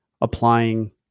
applying